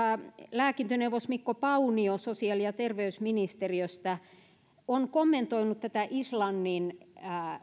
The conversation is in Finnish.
lääkintöneuvos mikko paunio sosiaali ja terveysministeriöstä on kommentoinut tätä islannin